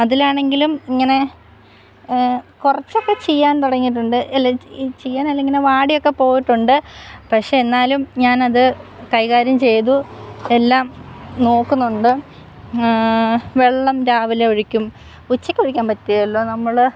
അതിലാണെങ്കിലും ഇങ്ങനെ കുറച്ചൊക്കെ ചീയാൻ തുടങ്ങിയിട്ടുണ്ട് അല്ല ചീയാനല്ല ഇങ്ങനെ വാടിയൊക്കെ പോയിട്ടുണ്ട് പക്ഷേ എന്നാലും ഞാൻ അത് കൈകാര്യം ചെയ്തു എല്ലാം നോക്കുന്നുണ്ട് വെള്ളം രാവിലെ ഒഴിക്കും ഉച്ചയ്ക്ക് ഒഴിക്കാൻ പറ്റുകേലല്ലോ നമ്മൾ